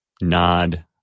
nod